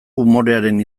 umorearen